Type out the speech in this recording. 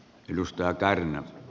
arvoisa puhemies